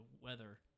weather